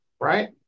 right